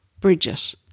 Bridget